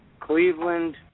Cleveland